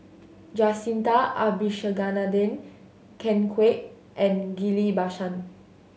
Jacintha Abisheganaden Ken Kwek and Ghillie Bassan